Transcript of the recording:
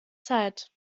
zeit